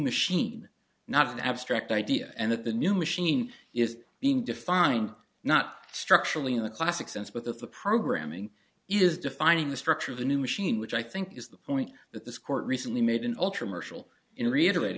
machine not an abstract idea and that the new machine is being defined not structurally in the classic sense but the programming is defining the structure of the new machine which i think is the point that this court recently made an ultra mercial in reiterat